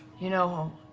you know,